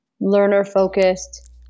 learner-focused